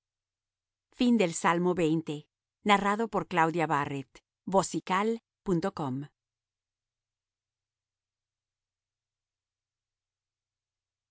principal salmo de